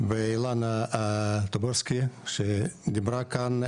ואילנה תבוריסקי שדיברה כאן,